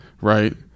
right